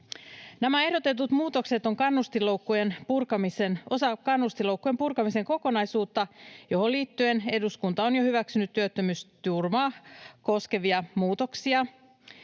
ehdotetut muutokset ovat osa kannustinloukkujen purkamisen kokonaisuutta, johon liittyen eduskunta on jo hyväksynyt työttömyysturvaa koskevia muutoksia.